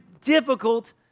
difficult